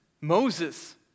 Moses